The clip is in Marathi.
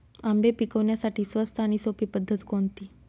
आंबे पिकवण्यासाठी स्वस्त आणि सोपी पद्धत कोणती?